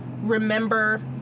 remember